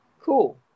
Cool